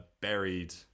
buried